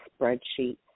spreadsheet